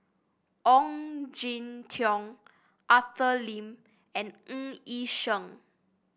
Ong Jin Teong Arthur Lim and Ng Yi Sheng